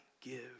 give